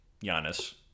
Giannis